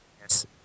Yes